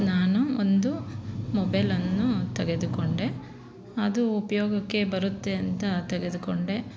ನಾನು ಒಂದು ಮೊಬೆಲನ್ನು ತೆಗೆದುಕೊಂಡೆ ಅದು ಉಪಯೋಗಕ್ಕೆ ಬರುತ್ತೆ ಅಂತ ತೆಗೆದುಕೊಂಡೆ